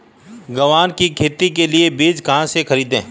ग्वार की खेती के लिए बीज कहाँ से खरीदने हैं?